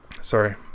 Sorry